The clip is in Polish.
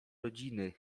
rodziny